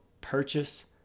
purchase